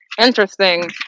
interesting